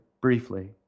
briefly